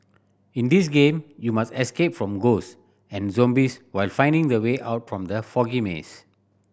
in this game you must escape from ghost and zombies while finding the way out from the foggy maze